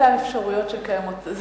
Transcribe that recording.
אלה האפשרויות שקיימות.